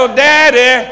daddy